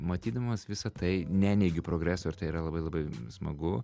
matydamas visą tai neneigiu progreso ir tai yra labai labai smagu